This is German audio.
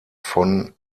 von